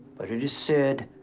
but it is said,